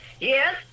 yes